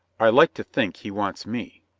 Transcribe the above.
i like to think he wants me.